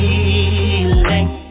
Feeling